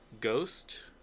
ghost